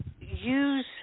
use